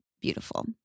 Beautiful